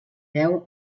deu